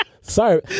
sorry